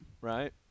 right